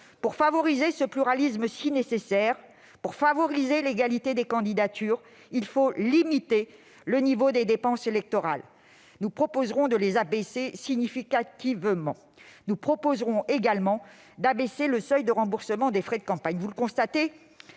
Pour favoriser ce pluralisme si nécessaire, pour favoriser l'égalité des candidatures, il faut limiter le niveau des dépenses électorales. Nous proposerons de les abaisser significativement. Nous proposerons également d'abaisser le seuil de remboursement des frais de campagne. Vous le constatez,